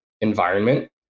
environment